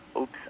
oops